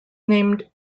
named